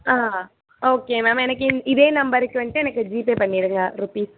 ஆ okay ma'am எனக்கு இ இதே நம்பருக்கு வந்துட்டு எனக்கு ஜிபே பண்ணிவிடுங்க ரூப்பீஸ்